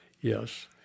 Yes